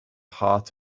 heart